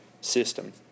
system